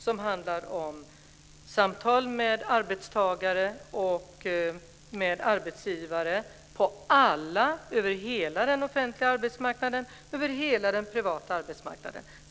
Det handlar om samtal med arbetstagare och arbetsgivare över hela den offentliga och den privata arbetsmarknaden.